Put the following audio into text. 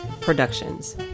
Productions